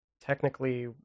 technically